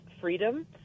freedom